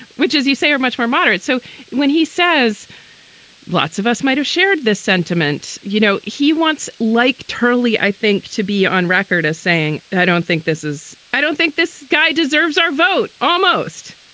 which as you say, are much more moderate. so when he says lots of us might have shared this sentiment, you know, he wants like. turley, i think to be on record as saying, and i don't think this is i don't think this guy deserves our vote. almost,